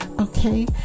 okay